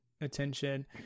attention